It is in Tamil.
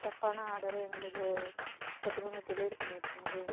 தப்பான ஆர்டர் எங்களுக்கு எடுத்துகிட்டு வந்து டெலிவரி பண்ணிருக்கிங்கள்